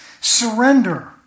Surrender